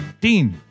Dean